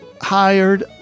hired